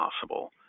possible